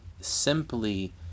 simply